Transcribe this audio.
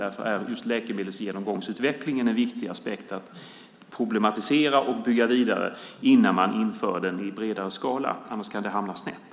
Därför är just läkemedelsgenomgångsutvecklingen en viktig aspekt att problematisera och bygga vidare på innan man inför den i bredare skala. Annars kan det hamna snett.